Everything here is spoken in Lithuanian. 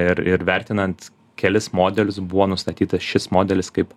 ir ir vertinant kelis modelius buvo nustatytas šis modelis kaip